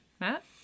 Matt